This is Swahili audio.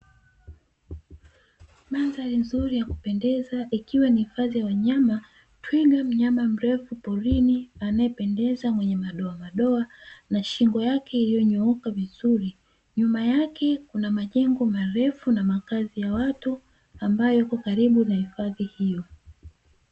Mandhari nzuri ya kupendeza ikiwa ni hifadhi ya wanyama, twiga mnyama mrefu porini anayependeza mwenye madoamadoa na shingo yake iliyonyooka vizuri, nyuma yake kuna majengo marefu na makazi ya watu ambayo yako karibu na hifadhi hiyo.